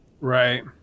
right